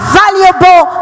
valuable